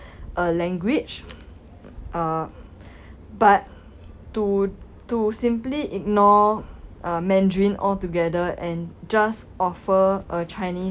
uh language uh but to to simply ignore uh mandarin altogether and just offer a chinese